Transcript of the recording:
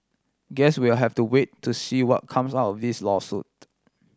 guess we'll have to wait to see what comes out this lawsuit